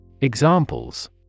Examples